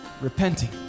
repenting